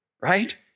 right